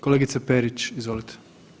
Kolegice Perić, izvolite.